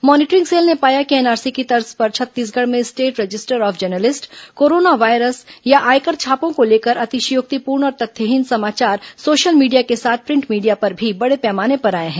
monitoring cell ने पाया कि एनआरसी की तर्ज पर छत्तीसगढ़ में state register of journalist corona virus तथा आयकर छापों को लेकर अतिश्योक्तिपूर्ण और तथ्यहीन समाचार सोशल मीडिया के साथ प्रिंट मीडिया पर भी बड़े पैमाने पर आए हैं